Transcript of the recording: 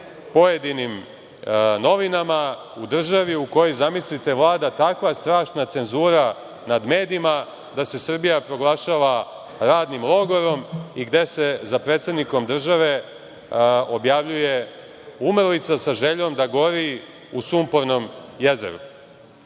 pojedinim novinama, u državi u kojoj, zamislite vlada takva strašna cenzura nad medijima, da se Srbija proglašava radnim logorom i gde se za predsednikom države objavljuje umrlica sa željom da gori u sumpornom jezeru. Toliko